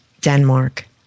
Denmark